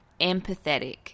empathetic